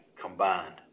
combined